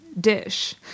dish